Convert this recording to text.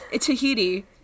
Tahiti